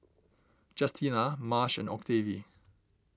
Justina Marsh and Octavie